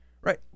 Right